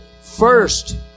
First